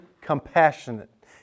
compassionate